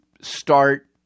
start